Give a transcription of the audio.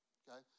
okay